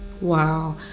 Wow